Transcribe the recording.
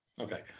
Okay